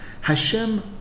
HaShem